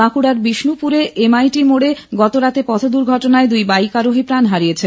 বাঁকুড়ার বিষ্ণুপুরে এমআইটি মোডে গতরাতে পথদুর্ঘটনায় দুই বাইক আরোহী প্রাণ হারিয়েছেন